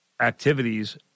activities